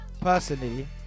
Personally